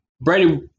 Brady